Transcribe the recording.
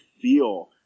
feel